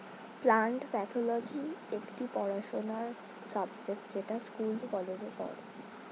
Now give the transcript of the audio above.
plant pathology একটি পড়াশোনার subject যেটা স্কুল কলেজে পড়ে